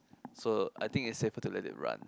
so I think it's safer to let it run